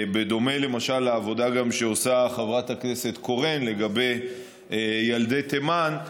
בדומה למשל לעבודה שעושה חברת הכנסת קורן לגבי ילדי תימן.